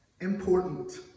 important